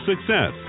success